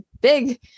big